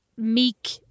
meek